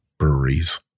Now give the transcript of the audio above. Breweries